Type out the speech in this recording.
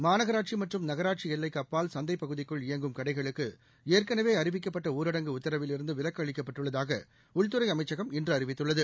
மாநகராட்சி மற்றும் நகராட்சி எல்லைக்கு அப்பால் சந்தை பகுதிக்குள்இயங்கும் கடைகளுக்கு ஏற்கனவே அறிவிக்கப்பட்ட ஊரடங்கு உத்தரவிலிருந்து விலக்கு அளிக்கப்பட்டுள்ளதாக உள்துறை அமைச்சகம் இன்று அறிவித்துள்ளது